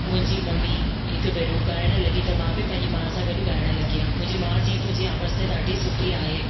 मुंहिंजी मम्मी हिकु भेरो ॻाइण लॻी त मां बि पंहिंजी माउ सां गॾु ॻाइण लॻियमि मुंहिंजी माउ चयईं तुंहिंजी आवाज़ु त ॾाढी सुठी आहे